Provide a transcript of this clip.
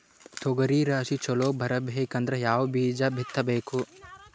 ತೊಗರಿ ರಾಶಿ ಚಲೋ ಬರಬೇಕಂದ್ರ ಯಾವ ಬೀಜ ಬಿತ್ತಬೇಕು?